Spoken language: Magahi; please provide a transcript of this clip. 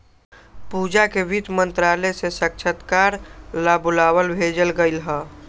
पूजा के वित्त मंत्रालय से साक्षात्कार ला बुलावा भेजल कई हल